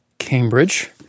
Cambridge